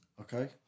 okay